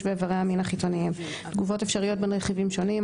באיברי מין חיצוניים,3.3.2 תגובות אפשריות בין רכיבים שונים,